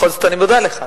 בכל זאת אני מודה לך.